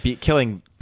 killing